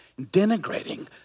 denigrating